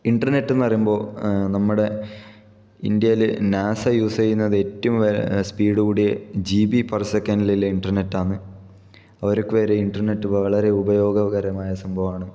internet എന്ന് പറയുമ്പോൾ നമ്മുടെ ഇന്ത്യയില് നാസ യൂസ് ചെയ്യുന്നത് ഏറ്റവും സ്പീഡ് കൂടിയ ജി ബി പെർ സെക്കൻറ്റിലുള്ള ഇന്റർനെറ്റാന്ന് അവർക്ക് വരെ ഇന്റർനെറ്റ് വളരെ ഉപയോഗകരമായ സംഭവമാണ്